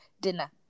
dinner